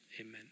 amen